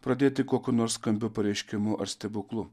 pradėti kokiu nors skambiu pareiškimu ar stebuklu